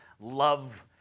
love